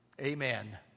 Amen